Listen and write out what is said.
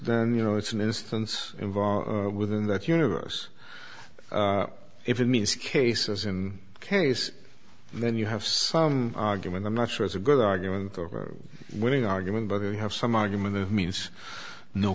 instance you know it's an instance involved within that universe if it means cases in case then you have some argument i'm not sure it's a good argument over winning an argument but we have some argument means no